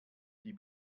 die